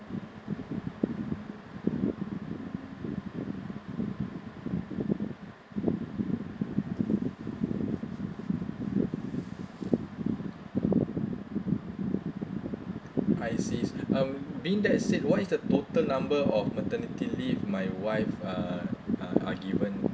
I see um being that said what is the total number of maternity leave my wife uh uh are given